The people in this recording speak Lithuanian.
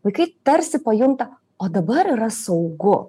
vaikai tarsi pajunta o dabar yra saugu